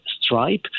stripe